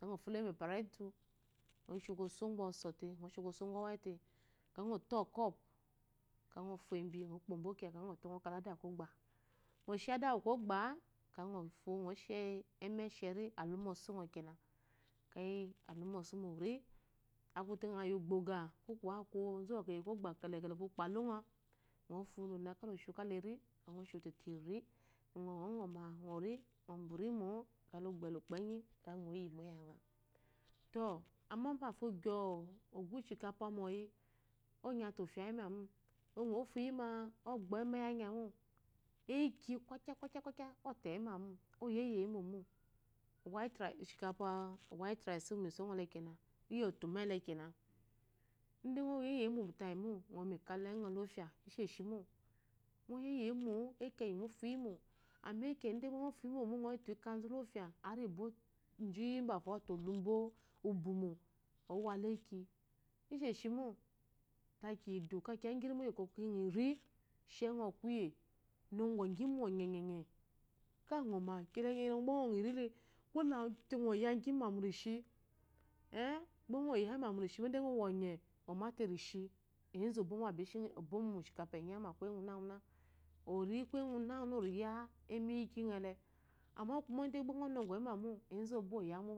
Akeyi ŋɔfuloyi moperetu nɔshi ko ngɔsɔté ngɔwɛte ŋɔto ɔkopu akeyi nofyembi ŋɔpombo kiya akeyo ŋɔ kala adakwɔgbá ŋɔshi adakwɔg ba akeyi ŋɔshi emesheri alumɔsu ŋɔ ke na akute ŋɔyi ugboga ko onzu uwakpa ŋaŋɔgyi ŋ shiwu tekaleri ŋma ori ŋɔ mbwa irimo ŋgbele ukpoenyi ake yi ŋɔyimo iyaŋa to umba`fogyó ugu émiyiki mɔyi ɔnyate ofyayi mamo ŋɔfuyima ɔgbɔyimamo eki kwakya kwakya oteyimamo oyeye yimomo emiyiki iniwu eniyiki iyi misoŋɔle kena inde ŋɔyeyi momo ŋkaleŋɔ lofya oyeyi mo eki enyi ŋɔfuyimo inde ɓofuyi mómó ikanzu lofyá gba utbafo ɔzote ɔlumba ubumo ɔwala eki ishomo la kiyidu ka kiya ngirimo ngi bɔkɔ kiri sheŋɔ kuye kano ngɔgima ɔnyeye kiya gyele gba ŋɔrile ko ba ŋɔyagima mushi gba kiyi onye enzu ɔsaŋa isama kuye nguna nguna ama gba nɔnongɔ yimamo